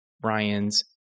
Brian's